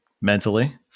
mentally